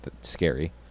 scary